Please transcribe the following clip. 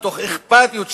מתוך אכפתיות,